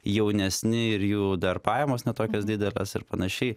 jaunesni ir jų dar pajamos ne tokios didelės ir panašiai